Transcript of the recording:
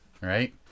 Right